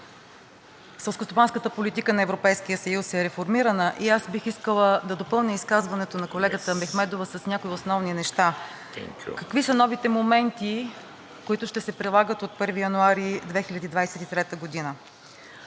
Селскостопанската политика на Европейския съюз е реформирана и аз бих искала да допълня изказването на колегата Мехмедова с някои основни неща. Какви са новите моменти, които ще се прилагат от 1 януари 2023 г.?